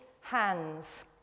hands